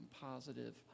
positive